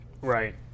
Right